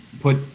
put